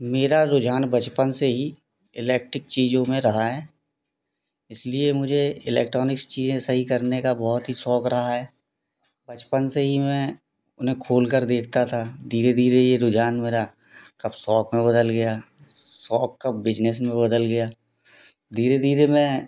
मेरा रुझान बचपन से ही इलेक्ट्रिक चीजों में रहा है इसलिए मुझे इलेक्ट्रॉनिक्स चीजें सही करने का बहोत ही शौक़ रहा है बचपन से ही मैं उन्हें खोल कर देखता था धीरे धीरे ये रुझान मेरा कब शौक़ में बदल गया शौक़ कब बिज़नेस में बदल गया धीरे धीरे मैं